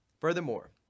Furthermore